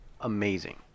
amazing